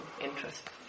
interest